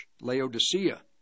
Laodicea